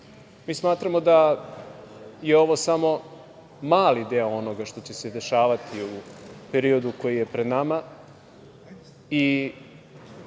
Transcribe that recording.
smatramo da je ovo samo mali deo onoga što će se dešavati u periodu koji je pred nama